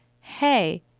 hey